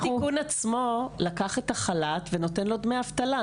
גם התיקון עצמו לקח את החל"ת ונותן לו דמי אבטלה.